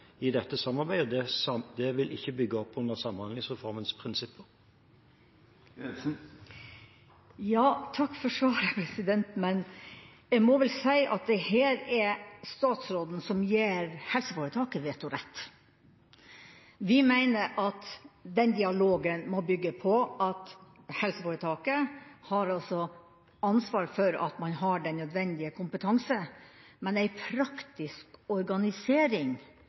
i dette samarbeidet. Det vil ikke bygge opp under Samhandlingsreformens prinsipper. Takk for svaret. Jeg må vel si at her er det statsråden som gir helseforetaket vetorett. Vi mener at dialogen må bygge på at helseforetaket har ansvaret for at man har den nødvendige kompetansen. Men vi mener at en praktisk organisering